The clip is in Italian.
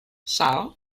são